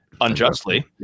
unjustly